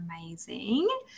amazing